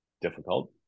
difficult